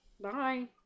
bye